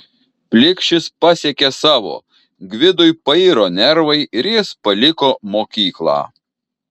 plikšis pasiekė savo gvidui pairo nervai ir jis paliko mokyklą